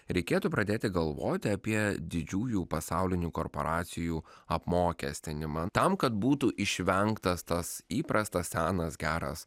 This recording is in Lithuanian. reikėtų pradėti galvoti apie didžiųjų pasaulinių korporacijų apmokestinimą tam kad būtų išvengtas tas įprastas senas geras